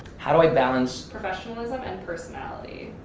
how do i balance professionalism and personality?